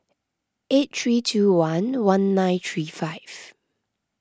eight three two one one nine three five